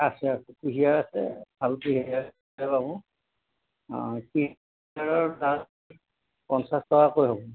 আছে আছে কুঁহিয়াৰ আছে ভাল কুঁহিয়াৰ পাব পঞ্চাছ টকাকৈ হ'ব